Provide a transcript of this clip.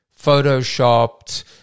Photoshopped